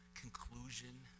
conclusion